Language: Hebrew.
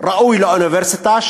ראויה לאוניברסיטה,